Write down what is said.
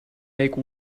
make